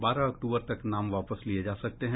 बारह अक्टूबर तक नाम वापस लिये जा सकते हैं